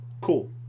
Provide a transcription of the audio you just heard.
Cool